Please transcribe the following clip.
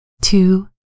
two